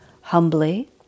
humbly